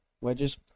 Wedges